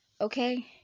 Okay